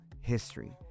history